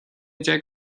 déag